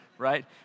right